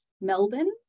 Melbourne